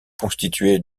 constitué